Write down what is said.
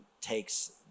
takes